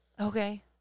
Okay